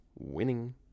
winning